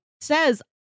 says